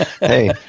Hey